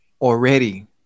already